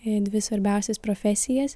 į dvi svarbiausias profesijas